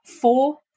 four